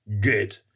good